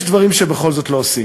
יש דברים שבכל זאת לא עושים.